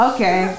Okay